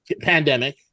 pandemic